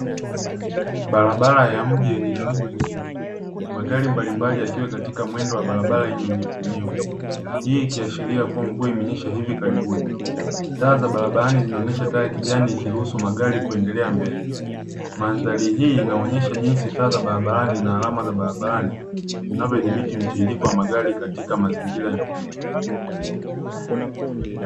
Barabara ya mji yenye shughuli nyingi. Magari mbalimbali yakiwa katika mwendo wa barabara yenye unyevunyevu. Hii ikiashiria kuwa mvua imenyesha hivi karibuni. Taa za barabarani zinaonyesha taa ya kijani ikiruhusu magari kuendelea mbele. Mandhari hii inaonyesha jinsi taa za barabarani na alama za barabarani zinavyodhibiti mtiririko wa magari katika mazingira ya mijini.